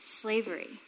slavery